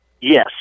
yes